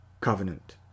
covenant